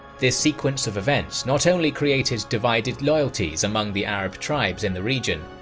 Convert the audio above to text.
this sequence of events not only created divided loyalties among the arab tribes in the region,